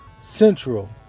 central